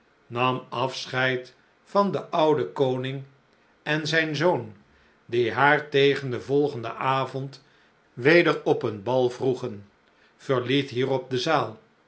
nam afscheid van den ouden koning en zijn zoon die haar tegen den volgenden avond weder op een bal vroegen verliet hierop de zaal